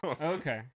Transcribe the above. Okay